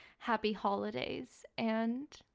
happy holidays! and,